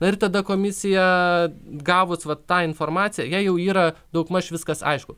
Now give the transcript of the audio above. na ir tada komisija gavus vat tą informaciją jai jau yra daugmaž viskas aišku